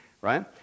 right